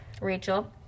Rachel